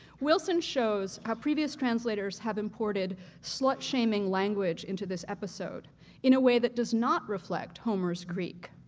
wilson shows how previous translators have imported slut-shaming language into this episode in a way that does not reflect homer's greek.